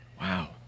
Wow